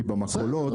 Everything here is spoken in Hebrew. כי במכולות,